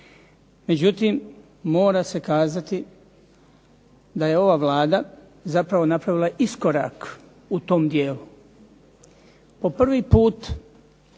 Međutim, mora se kazati da je ova Vlada zapravo napravila iskorak u tom dijelu. Po prvi put